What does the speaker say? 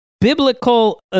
Biblical